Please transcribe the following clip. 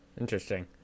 interesting